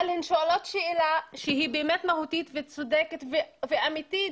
אבל הן שואלות שאלה שהיא באמת מהותית וצודקת ואמתית,